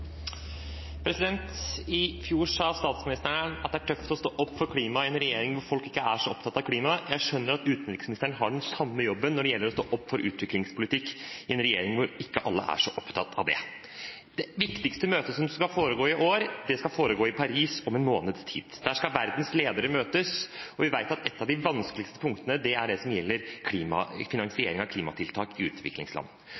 I fjor sa statsministeren at det er tøft å stå opp for klima i en regjering hvor folk ikke er så opptatt av klima. Jeg skjønner at utenriksministeren har den samme jobben når det gjelder å stå opp for utviklingspolitikk i en regjering hvor ikke alle er så opptatt av det. Det viktigste møtet som skal foregå i år, skal foregå i Paris om en måneds tid. Der skal verdens ledere møtes, og vi vet at et av de vanskeligste punktene er det som gjelder finansiering av klimatiltak i utviklingsland.